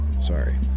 Sorry